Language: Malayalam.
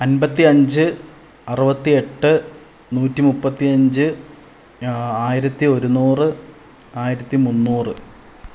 അമ്പപത്തി അഞ്ച് അറുപത്തി എട്ട് നൂറ്റി മുപ്പത്തി അഞ്ച് ആയിരത്തി ഒരുനൂറ് ആയിരത്തി മുന്നൂറ്